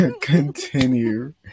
Continue